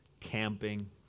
camping